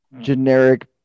generic